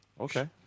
Okay